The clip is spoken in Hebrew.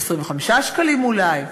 ב-25 שקלים אולי,